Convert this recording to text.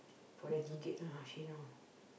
for the ticket ah she know